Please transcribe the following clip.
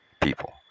people